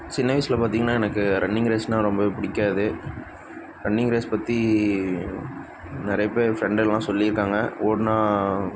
சின்ன வயசில் பார்த்திங்கன்னா எனக்கு ரன்னிங் ரேஸ்னால் ரொம்பவே பிடிக்காது ரன்னிங் ரேஸ் பற்றி நிறைய பேர் என் ஃப்ரெண்டெல்லாம் சொல்லியிருக்காங்க ஓடுனால்